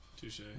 Touche